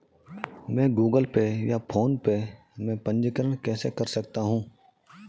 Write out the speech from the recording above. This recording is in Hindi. मैं गूगल पे या फोनपे में पंजीकरण कैसे कर सकता हूँ?